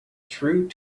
through